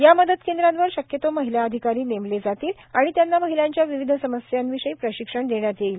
या मदतकेंद्रावर शक्यतो महिला अधिकारी नेमले जातील आणि त्यांना महिलांच्या विविध समस्यांविषयी प्रशिक्षण देण्यात येईल